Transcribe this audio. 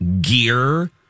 gear